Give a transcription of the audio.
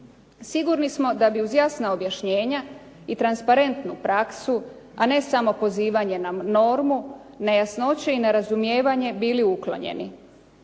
Sigurno smo da bi uz jasna objašnjenja i transparentnu praksu, a ne samo pozivanje na normu, nejasnoće i nerazumijevanje bili uklonjeni.